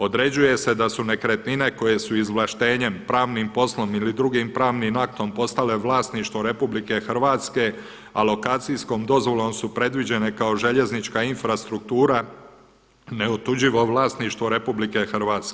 Određuje se da su nekretnine koje su izvlaštenjem pravnim poslom ili drugim pravnim aktom postale vlasništvo RH, a lokacijskom dozvolom su predviđene kao željeznička infrastruktura neotuđivo vlasništvo RH.